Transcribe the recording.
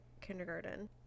kindergarten